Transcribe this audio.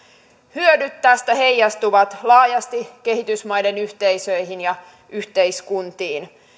hyödyt tästä heijastuvat laajasti kehitysmaiden yhteisöihin ja yhteiskuntiin